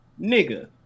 nigga